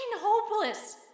Hopeless